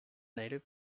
native